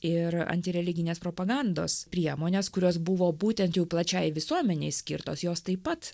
ir antireliginės propagandos priemonės kurios buvo būtent jau plačiąjai visuomenei skirtos jos taip pat